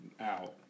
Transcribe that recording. out